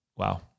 Wow